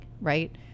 right